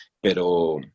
pero